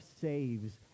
saves